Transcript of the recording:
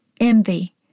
envy